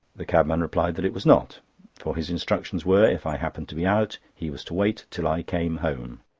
the cabman replied that it was not for his instructions were, if i happened to be out, he was to wait till i came home.